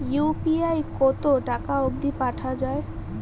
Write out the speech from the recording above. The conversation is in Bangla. ইউ.পি.আই কতো টাকা অব্দি পাঠা যায়?